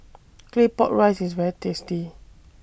Claypot Rice IS very tasty